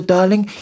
Darling